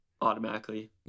automatically